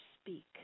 speak